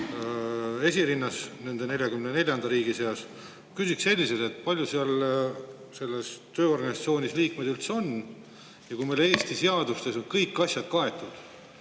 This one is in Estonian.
esirinnas, 44. riigina. Küsiksin selliselt, et kui palju selles tööorganisatsioonis liikmeid üldse on. Ja kui meil Eesti seadustes on kõik asjad kaetud,